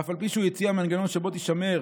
אף על פי שהוא הציע מנגנון שבו תישמר